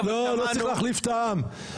לא צריך להחליף את העם,